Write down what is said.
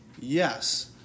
Yes